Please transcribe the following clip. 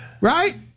Right